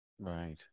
Right